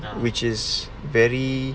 which is very